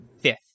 fifth